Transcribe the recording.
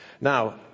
Now